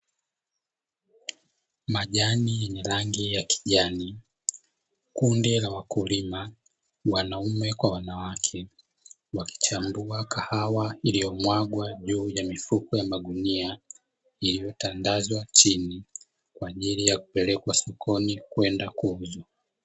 Majani yenye rangi ya kijani, kundi la wakulima wanaume na wanawake, wakichambua kahawa, iliyomwagwa juu ya mifuko ya magunia iliyotandazwa chini, kwa ajili ya kupelekwa sokoni kwenda kuuzwa.